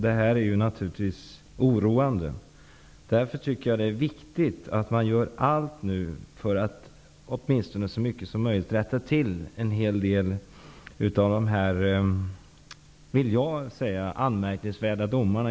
Det här är naturligtvis oroande. Jag tycker därför att det är viktigt att man gör allt för att i så stor utsträckning som möjligt rätta till en hel del av dessa, som jag vill uttrycka det, anmärkningsvärda domar.